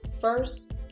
First